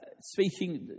speaking